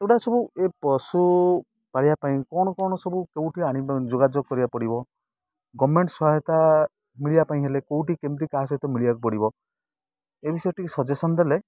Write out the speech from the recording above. ସେଗୁଡ଼ା ସବୁ ଏ ପଶୁପାଳିବା ପାଇଁ କ'ଣ କ'ଣ ସବୁ କେଉଁଠି ଆଣିବ ଯୋଗାଯୋଗ କରିବାକୁ ପଡ଼ିବ ଗଭର୍ଣ୍ଣମେଣ୍ଟ ସହାୟତା ମିଳିବା ପାଇଁ ହେଲେ କେଉଁଠି କେମିତି କାହା ସହିତ ମିଳିବାକୁ ପଡ଼ିବ ଏ ବିଷୟରେ ଟିକେ ସଜେସନ ଦେଲେ